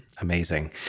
Amazing